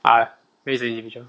啊又是 individual